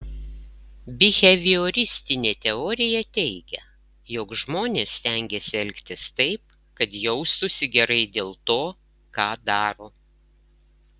bihevioristinė teorija teigia jog žmonės stengiasi elgtis taip kad jaustųsi gerai dėl to ką daro